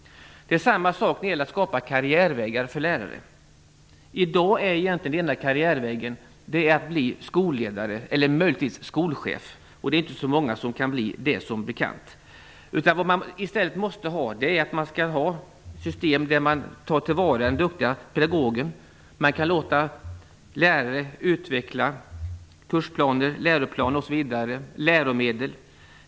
Detsamma gäller när man skall skapa karriärvägar för lärare. I dag är egentligen den enda karriärvägen möjligheten att bli skolledare eller möjligtvis skolchef. Som bekant är det inte så många som kan bli det. I stället bör vi skapa ett system där man tar till vara duktiga pedagoger. Man kan låta lärare utveckla kursplaner, läroplaner, läromedel osv.